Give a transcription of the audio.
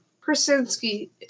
Krasinski